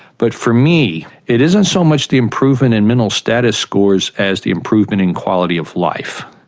but for me it isn't so much the improvement in mental status scores as the improvement in quality of life.